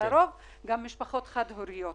לרוב במשפחות חד-הוריות.